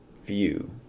view